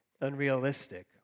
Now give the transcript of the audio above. unrealistic